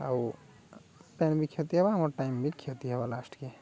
ଆଉ ଟାଇମ୍ ବି କ୍ଷତି ହେବା ଆମର୍ ଟାଇମ୍ ବି କ୍ଷତି ହେବ ଲାଷ୍ଟକେ